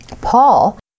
Paul